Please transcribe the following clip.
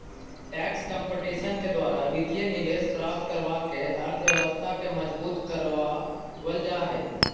tax competition के द्वारा वित्तीय निवेश प्राप्त करवा के अर्थव्यवस्था के मजबूत करवा वल जा हई